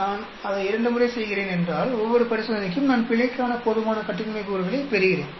நான் அதை இரண்டு முறை செய்கிறேன் என்றால் ஒவ்வொரு பரிசோதனைக்கும் நான் பிழைக்கான போதுமான கட்டின்மை கூறுகளைப் பெறுகிறேன்